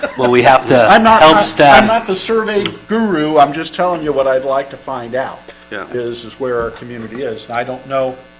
well, we have to i'm not understand not the survey guru. i'm just telling you what i'd like to find out yeah, this is where our community is. i don't know